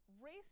race